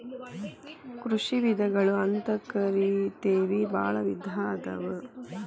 ಕೃಷಿ ವಿಧಗಳು ಅಂತಕರಿತೆವಿ ಬಾಳ ವಿಧಾ ಅದಾವ